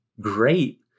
great